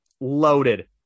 Loaded